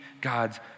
God's